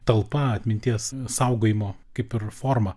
talpa atminties saugojimo kaip ir forma